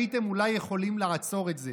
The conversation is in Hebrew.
הייתם אולי יכולים לעצור את זה,